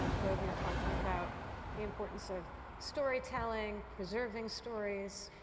um vogue, you were talking about the importance of storytelling, preserving stories.